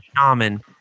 shaman